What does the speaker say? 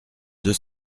deux